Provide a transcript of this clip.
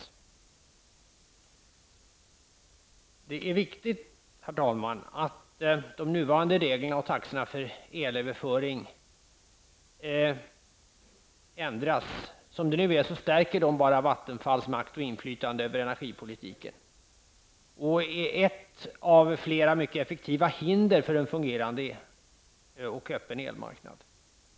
Herr talman! Det är viktigt att de nuvarande reglerna och taxorna för elöverföring ändras. Såsom de nu ser ut stärker de bara Vattenfalls makt och inflytande över energipolitiken. De utgör också ett av flera mycket effektiva hinder för en fungerande och öppen elmarknad.